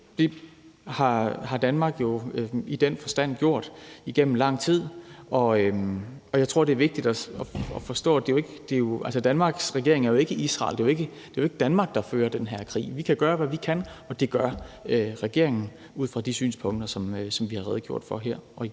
har Danmark jo i den forstand gjort gennem lang tid. Jeg tror, at det er vigtigt at forstå, at Danmarks regering ikke er Israel. Det er jo ikke Danmark, der fører den her krig. Vi kan gøre, hvad vi kan, og det gør regeringen ud fra de synspunkter, som vi har redegjort for her, og det